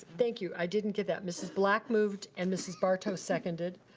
thank you, i didn't get that. mrs. black moved and mrs. barto seconded,